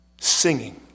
singing